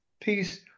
peace